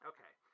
Okay